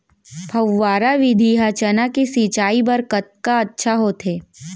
फव्वारा विधि ह चना के सिंचाई बर कतका अच्छा होथे?